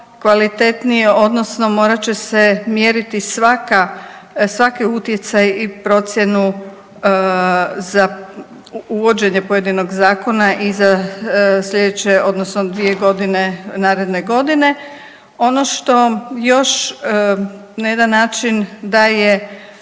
kvalitetnije odnosno morat će se mjeriti svaki utjecaj i procjenu za uvođenje pojedinog zakona i za sljedeće odnosno dvije godine naredne godine. Ono što još na jedan način daje